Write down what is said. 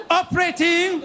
operating